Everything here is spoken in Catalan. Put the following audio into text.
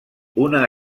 una